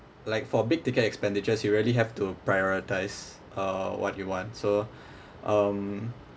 like for big ticket expenditures you really have to prioritise uh what you want so um